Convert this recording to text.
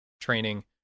training